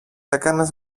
έκανες